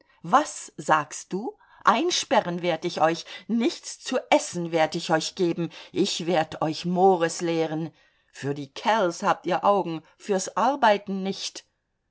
was sagst du einsperren werd ich euch nichts zu essen werd ich euch geben ich werd euch mores lehren für die kerls habt ihr augen für's arbeiten nicht